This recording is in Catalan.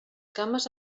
cames